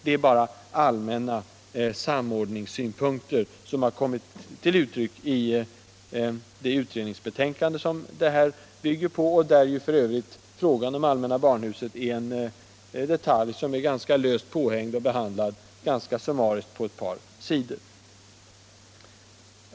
Det är bara allmänna samordningssynpunkter som har kommit till uttryck i det utredningsbetänkande som nu föreligger — och där f. ö. frågan om allmänna barnhuset är en detalj som är löst påhängd och ganska summariskt behandlad på eu par sidor.